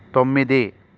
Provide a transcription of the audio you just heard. తొమ్మిది